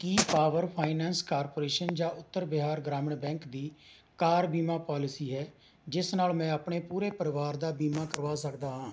ਕੀ power finance corporation ਜਾਂ Uttar Bihar Gramin bank ਦੀ car ਬੀਮਾ ਪਾਲਿਸੀ ਹੈ ਜਿਸ ਨਾਲ ਮੈਂ ਆਪਣੇ ਪੂਰੇ ਪਰਿਵਾਰ ਦਾ ਬੀਮਾ ਕਰਵਾ ਸਕਦਾ ਹਾਂ